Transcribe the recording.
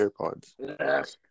AirPods